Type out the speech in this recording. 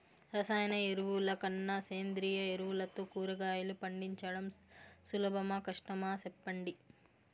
రసాయన ఎరువుల కన్నా సేంద్రియ ఎరువులతో కూరగాయలు పండించడం సులభమా కష్టమా సెప్పండి